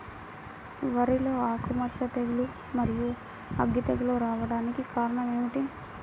వరిలో ఆకుమచ్చ తెగులు, మరియు అగ్గి తెగులు రావడానికి కారణం ఏమిటి?